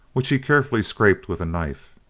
which he carefully scraped with a knife,